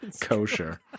kosher